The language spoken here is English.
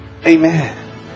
Amen